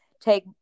take